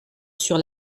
sur